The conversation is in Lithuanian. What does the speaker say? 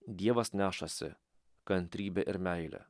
dievas nešasi kantrybė ir meilę